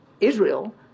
Israel